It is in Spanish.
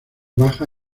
baja